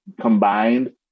combined